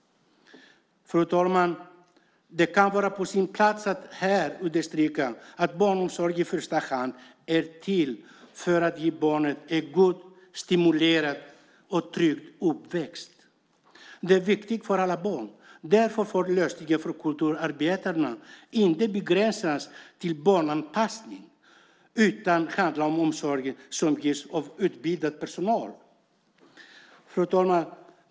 Fru talman! Det kan vara på sin plats att här understryka att barnomsorg i första hand är till för att ge barnet en god, stimulerande och trygg uppväxt. Det är viktigt för alla barn. Därför får lösningen för kulturarbetarna inte begränsas till barnpassning utan måste också handla om omsorg som ges av utbildad personal. Fru talman!